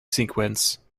sequence